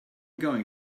going